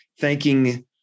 thanking